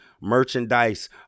merchandise